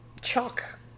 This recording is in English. chalk